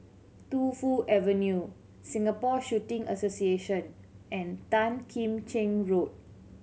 Tu Fu Avenue Singapore Shooting Association and Tan Kim Cheng Road